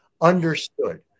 understood